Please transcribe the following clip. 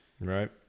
Right